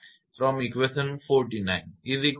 તેથી 555